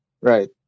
right